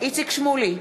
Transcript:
איציק שמולי,